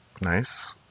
Nice